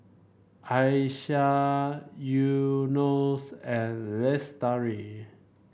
Aisyah Yunos and Lestari